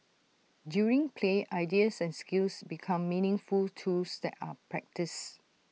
during play ideas and skills become meaningful tools that are practised